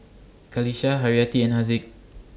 Qalisha Haryati and Haziq